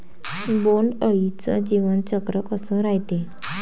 बोंड अळीचं जीवनचक्र कस रायते?